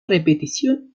repetición